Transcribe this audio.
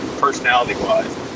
personality-wise